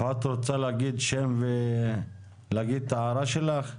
את רוצה להגיד את ההערה שלך?